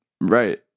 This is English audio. Right